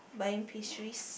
buying pastries